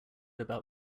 about